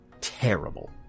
terrible